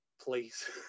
please